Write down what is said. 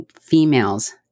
female's